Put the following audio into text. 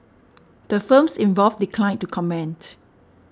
the firms involved declined to comment